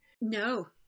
no